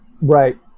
Right